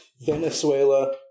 Venezuela